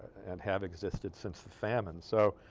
and have existed since the famine so